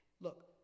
Look